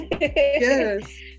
yes